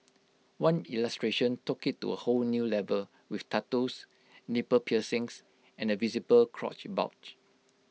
one illustration took IT to A whole new level with tattoos nipple piercings and A visible crotch bulge